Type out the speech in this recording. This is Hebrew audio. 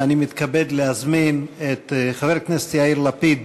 אני מתכבד להזמין את חבר הכנסת יאיר לפיד